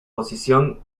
posición